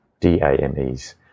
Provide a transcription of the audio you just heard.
DAMEs